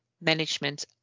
management